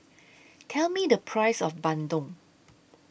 Tell Me The Price of Bandung